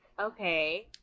Okay